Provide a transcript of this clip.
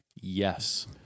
Yes